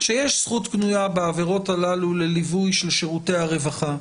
שיש זכות קנויה בעבירות הללו לליווי של שירותי הרווחה.